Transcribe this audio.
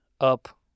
up